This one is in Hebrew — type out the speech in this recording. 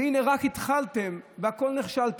והינה, רק התחלתם, בכול נכשלתם.